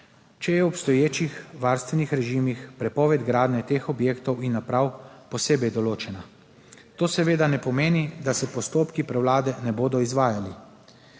če je v obstoječih varstvenih režimih prepoved gradnje teh objektov in naprav posebej določena. To seveda ne pomeni, da se postopki prevlade ne bodo izvajali.